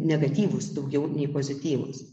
negatyvūs daugiau nei pozityvūs